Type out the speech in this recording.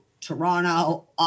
Toronto